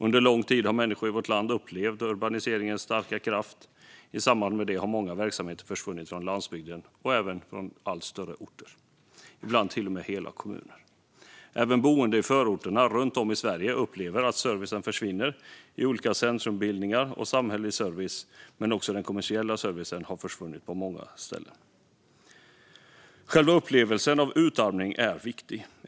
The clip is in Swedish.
Under lång tid har människor i vårt land upplevt urbaniseringens starka kraft, och i samband med detta har många verksamheter försvunnit från landsbygden och även från allt större orter, ibland till och med hela kommuner. Även boende i förorterna runt om i Sverige upplever att servicen försvinner i olika centrumbildningar, och samhällets service men också den kommersiella servicen har försvunnit på många ställen. Själva upplevelsen av utarmning är viktig.